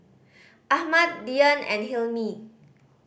Ahmad Dian and Hilmi